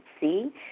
see